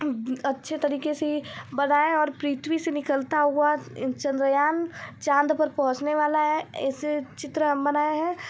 अच्छे तरीके से बनाए हैं और पृथ्वी से निकलता हुआ चंद्रयान चाँद पर पहुँचने वाला है ऐसे चित्र हम बनाए हैं